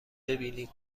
ببینیم